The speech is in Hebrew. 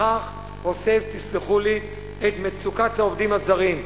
לכך, הוסף, תסלחו לי, את מצוקת העובדים הזרים.